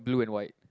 blue and white